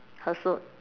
her suit